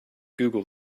google